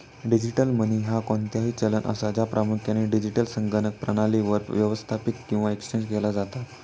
digital money ह्या कोणताही चलन असा, ज्या प्रामुख्यान डिजिटल संगणक प्रणालीवर व्यवस्थापित किंवा एक्सचेंज केला जाता